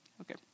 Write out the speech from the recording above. Okay